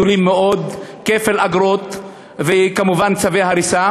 כפל אגרות וכמובן צווי הריסה,